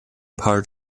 part